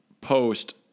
post